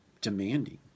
demanding